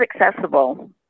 accessible